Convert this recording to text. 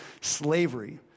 slavery